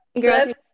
Girls